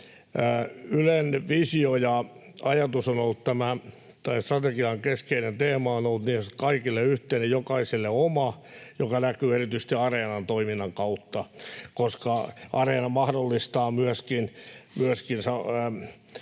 Ylen strategian keskeinen teema on ollut ”Kaikille yhteinen, jokaiselle oma”, joka näkyy erityisesti Areenan toiminnan kautta, koska Areena mahdollistaa myöskin